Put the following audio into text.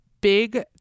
big